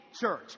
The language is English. church